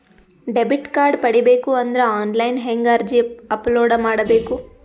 Debit card ಪಡಿಬೇಕು ಅಂದ್ರ online ಹೆಂಗ್ ಅರ್ಜಿ ಅಪಲೊಡ ಮಾಡಬೇಕು?